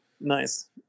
Nice